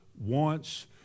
wants